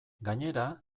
gainera